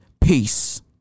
peace